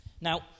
Now